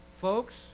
Folks